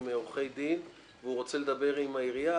עורכי דין והוא רוצה לדבר עם העירייה,